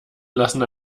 lassen